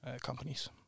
companies